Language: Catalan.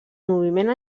moviment